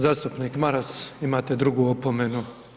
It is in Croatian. Zastupnik Maras imate drugu opomenu.